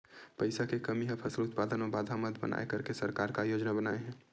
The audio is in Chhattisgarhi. पईसा के कमी हा फसल उत्पादन मा बाधा मत बनाए करके सरकार का योजना बनाए हे?